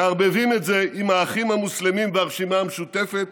מערבבים את זה באחים המוסלמים והרשימה המשותפת.